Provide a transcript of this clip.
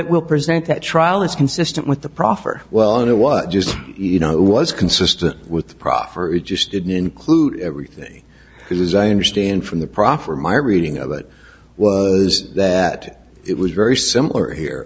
it will present at trial is consistent with the proffer well it was just you know it was consistent with the proffer it just didn't include everything because as i understand from the proper my reading of it was that it was very similar here